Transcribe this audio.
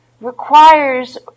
requires